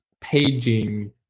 paging